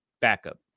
backup